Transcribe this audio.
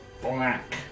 black